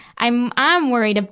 i'm, i'm worried ah